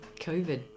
COVID